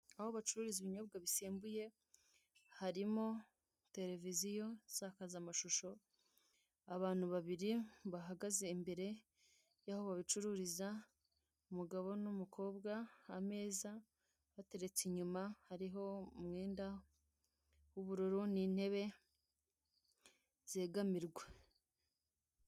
Aho bacururiza ibinyobwa bisembuye harimo televiziyo nsakazamashusho, abantu babiri bahagaze imbere y'aho babicururiza, umugabo n'umukobwa ameza ateretse inyuma, hariho umwenda w'ubururu n'intebe zegamirwa.